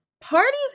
parties